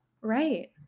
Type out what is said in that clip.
Right